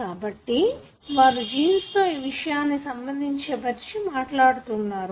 కాబట్టి వారు జీన్స్ తో ఈ విషయాన్ని సంబంధపరిచి మాట్లాడుతున్నారు